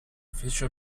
fece